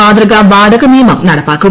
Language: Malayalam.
മാതൃകാ വാടകൃനിയമം നടപ്പാക്കും